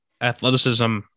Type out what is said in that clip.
athleticism